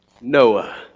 Noah